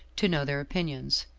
to know their opinions,